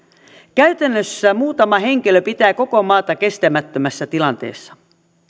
käytännössä muutama henkilö pitää koko maata kestämättömässä tilanteessa